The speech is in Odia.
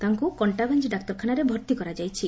ତାଙ୍କୁ କକ୍କାବାଞ୍ଞି ଡାକ୍ତରଖାନାରେ ଭର୍ତି କରାଯାଇଛି